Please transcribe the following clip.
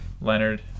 Leonard